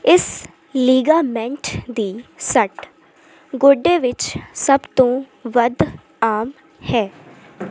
ਇਸ ਲਿਗਾਮੈਂਟ ਦੀ ਸੱਟ ਗੋਡੇ ਵਿੱਚ ਸਭ ਤੋਂ ਵੱਧ ਆਮ ਹੈ